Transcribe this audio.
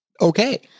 okay